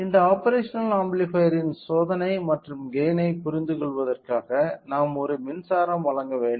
இந்த ஆப்பேரஷனல் ஆம்பிளிபையர்ன் சோதனை மற்றும் கெய்ன் ஐப் புரிந்துகொள்வதற்காக நாம் ஒரு மின்சாரம் வழங்க வேண்டும்